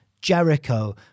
Jericho